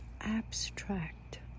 abstract